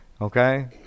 Okay